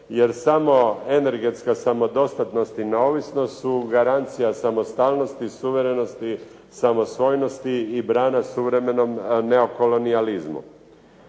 jer samo energetska samodostatnost i neovisnost su garancija samostalnosti, suverenosti, samostojnosti i brana suvremenom neokolonijalizmu.